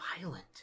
violent